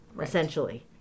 essentially